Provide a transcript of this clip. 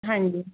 ਹਾਂਜੀ